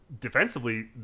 defensively